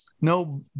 No